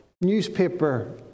newspaper